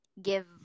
Give